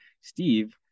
Steve